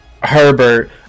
Herbert